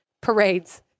Parades